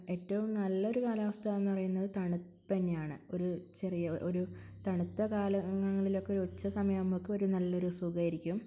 ഏറ്റവും നല്ലൊരു കാലാവസ്ഥയെന്ന് പറയുന്നത് തണുപ്പ് തന്നെയാണ് ഒരു ചെറിയ ഒരു തണുത്ത കാലങ്ങളിലൊക്കെ ഒരുച്ച സമയമാകുമ്പോള് നമുക്കുമൊരു നല്ലൊരു സുഖമായിരിക്കും